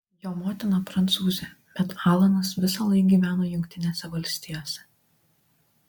jo motina prancūzė bet alanas visąlaik gyveno jungtinėse valstijose